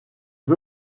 the